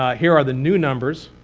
here are the new numbers,